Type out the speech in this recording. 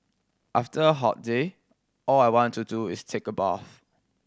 after a hot day all I want to do is take a bath